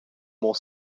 more